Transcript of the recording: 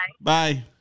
bye